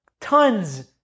tons